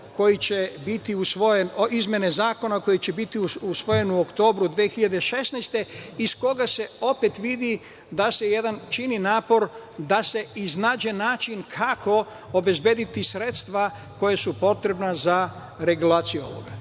koje će biti usvojene u oktobru 2016. godine iz kojih se opet vidi da se čini napor da se iznađe način kako obezbediti sredstva koje su potrebna za regulaciju ovoga.